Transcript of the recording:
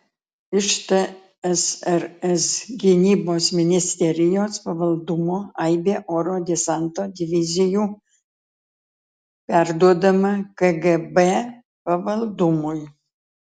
iš tsrs gynybos ministerijos pavaldumo aibė oro desanto divizijų perduodama kgb pavaldumui